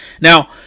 Now